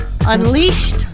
Unleashed